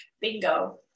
bingo